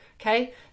Okay